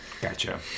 Gotcha